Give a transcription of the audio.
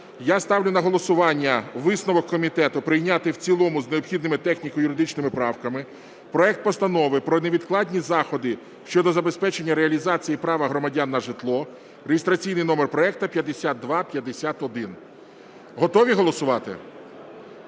Я ставлю на голосування висновок комітету прийняти в цілому з необхідними техніко-юридичними правками проект Постанови про невідкладні заходи щодо забезпечення реалізації права громадян на житло (реєстраційний номер проекту 5251). Готові голосувати?